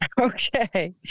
Okay